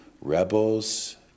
rebels